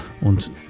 und